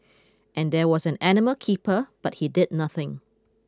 and there was an animal keeper but he did nothing